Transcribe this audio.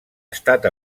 estat